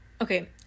Okay